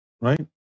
right